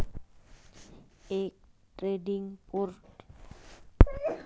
एक trading portal आहे जे एकात्मिक राष्ट्रीय बाजारपेठ तयार करण्यासाठी मंडईंचे नेटवर्क करते